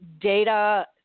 data